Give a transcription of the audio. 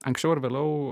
anksčiau ar vėliau